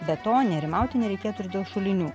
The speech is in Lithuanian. be to nerimauti nereikėtų ir dėl šulinių